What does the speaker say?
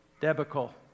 debacle